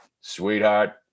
sweetheart